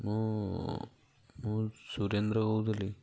ମୁଁ ମୁଁ ସୁରେନ୍ଦ୍ର କହୁଥିଲି